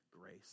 grace